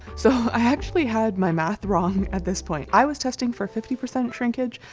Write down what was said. so, i actually had my math wrong at this point. i was testing for fifty percent shrinkage,